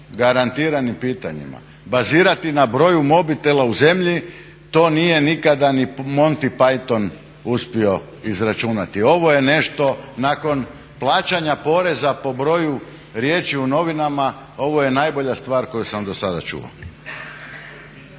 garantiranim pitanjima, bazirati na broju mobitela u zemlji to nije nikada ni Monty Pyton uspio izračunati. Ovo je nešto nakon plaćanja poreza po broju riječi u novinama ovo je najbolja stvar koju sam dosada čuo.